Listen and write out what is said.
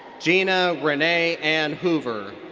jena renee ann hoover.